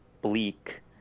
bleak